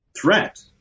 threat